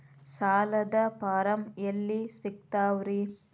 ಸಾಲದ ಫಾರಂ ಎಲ್ಲಿ ಸಿಕ್ತಾವ್ರಿ?